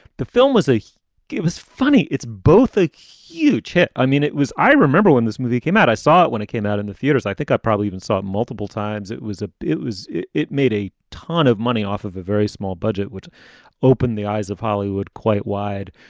the film was a it was funny. it's both a huge hit. i mean, it was i remember when this movie came out, i saw it when it came out in the theaters. i think i probably even saw it multiple times. it was a it was it it made a ton of money off of a very small budget, which opened the eyes of hollywood quite wide.